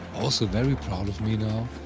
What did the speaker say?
also very proud of me now,